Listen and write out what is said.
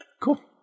Cool